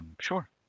Sure